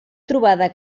trobada